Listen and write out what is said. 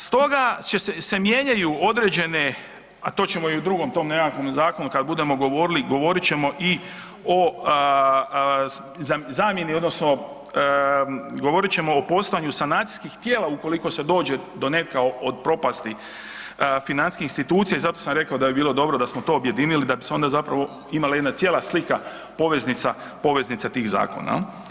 Stoga se mijenjaju određene, a to ćemo i u tom drugom nekakvom zakonu kada budemo govorili govorit ćemo i o zamjeni odnosno govorit ćemo o postojanju sanacijskih tijela ukoliko se dođe do nekakve propasti financijskih institucija i zato sam rekao da bi bilo dobro da smo to objedinili da bi se onda imala jedna cijela slika poveznica tih zakona.